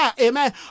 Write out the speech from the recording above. amen